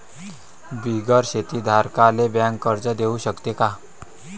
बिगर शेती धारकाले बँक कर्ज देऊ शकते का?